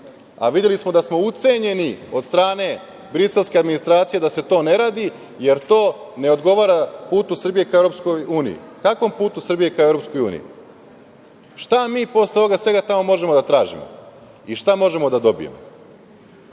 Videli smo da smo ucenjeni od strane briselske administracije da se to ne radi, jer to ne odgovara putu Srbije ka EU. Kakvom putu Srbije ka EU? Šta mi posle ovoga svega tamo možemo da tražimo i šta možemo da dobijemo? Takođe,